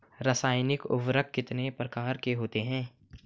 रासायनिक उर्वरक कितने प्रकार के होते हैं?